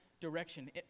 direction